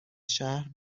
شهر